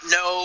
no